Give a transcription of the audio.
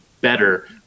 better